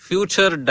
Future